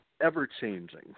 ever-changing